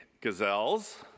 gazelles